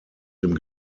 dem